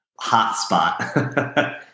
hotspot